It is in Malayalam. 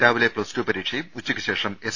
രാവിലെ പ്ലസ്ടു പരീക്ഷയും ഉച്ചയ്ക്ക് ശേഷം എസ്